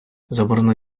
заборона